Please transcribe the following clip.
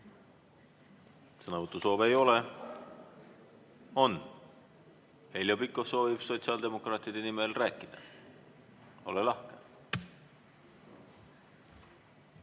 Sõnavõtusoove ei ole. On? Heljo Pikhof soovib sotsiaaldemokraatide nimel rääkida. Ole lahke!